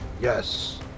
Yes